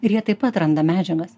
ir jie taip pat randa medžiagas